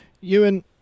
Ewan